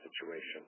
situation